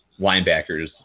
linebackers